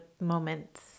moments